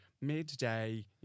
midday